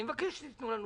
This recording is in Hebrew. אני מבקש שתיתנו לנו